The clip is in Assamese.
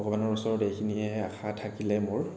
ভগবানৰ ওচৰত এইখিনিয়ে আশা থাকিলে মোৰ